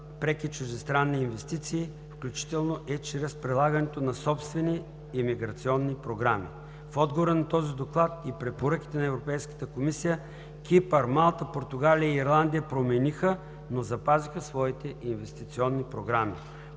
преки чуждестранни инвестиции, включително и чрез прилагането на собствени имиграционни програми. В отговора на този доклад и препоръките на Европейската комисия, Кипър, Малта, Португалия и Ирландия промениха, но запазиха своите инвестиционни програми.